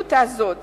המדיניות הזאת